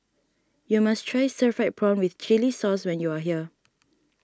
you must Try Stir Fried Prawn with Chili Sauce when you are here